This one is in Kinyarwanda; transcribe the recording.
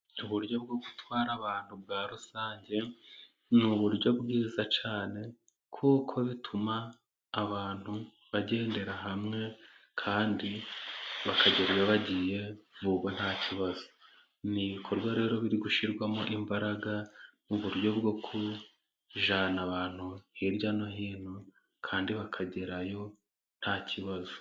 Uburyo bwo gutwara abantu bwa rusange，ni uburyo bwiza cyane kuko bituma abantu bagendera hamwe， kandi bakagera iyo bagiye bumva nta kibazo. Ni ibikorwa rero biri gushyirwamo imbaraga， mu buryo bwo kujyana abantu hirya no hino，kandi bakagerayo nta kibazo.